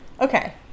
Okay